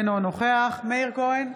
אינו נוכח מאיר כהן,